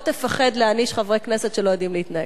תפחד להעניש חברי כנסת שלא יודעים להתנהג.